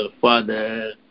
father